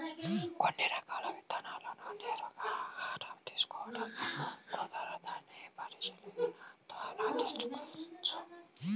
కొన్ని రకాల విత్తనాలను నేరుగా ఆహారంగా తీసుకోడం కుదరదని పరిశీలన ద్వారా తెలుస్తుంది